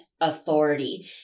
authority